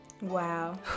Wow